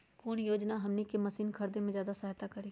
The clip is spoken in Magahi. कौन योजना हमनी के मशीन के खरीद में ज्यादा सहायता करी?